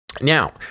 Now